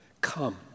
Come